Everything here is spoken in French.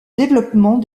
développement